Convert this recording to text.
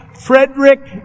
Frederick